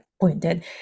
pointed